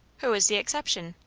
who is the exception?